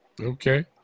Okay